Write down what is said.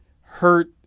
hurt